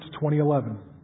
2011